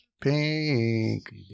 Pink